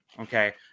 Okay